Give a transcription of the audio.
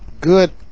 good